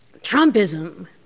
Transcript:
Trumpism